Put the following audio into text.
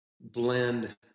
blend